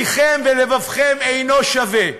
פיכם ולבבכם אינם שווים.